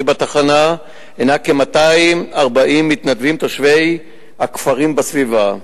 בתחנה היא כ-240 מתנדבים תושבי הכפרים בסביבה,